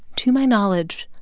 to my knowledge,